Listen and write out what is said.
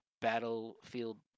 Battlefield